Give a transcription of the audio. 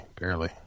barely